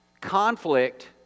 conflict